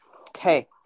okay